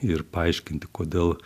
ir paaiškinti kodėl